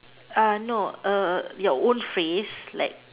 uh no err your own phrase like